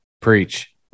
preach